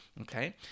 okay